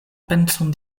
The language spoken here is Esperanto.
penson